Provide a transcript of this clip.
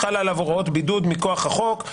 חלה עליו הוראות בידוד מכוח החוק,